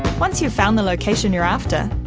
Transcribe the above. once you've found the location you're after,